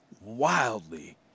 wildly